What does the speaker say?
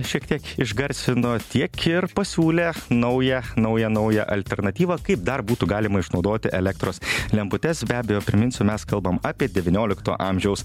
šiek tiek išgarsino tiek ir pasiūlė naują naują naują alternatyvą kaip dar būtų galima išnaudoti elektros lemputes be abejo priminsiu mes kalbam apie devyniolikto amžiaus